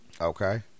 Okay